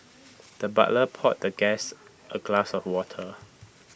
the butler poured the guest A glass of water